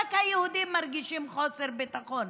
רק היהודים מרגישים חוסר ביטחון.